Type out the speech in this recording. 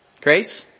Grace